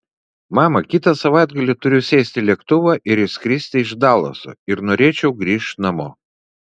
mama kitą savaitgalį turiu sėsti į lėktuvą ir išskristi iš dalaso ir norėčiau grįžt namo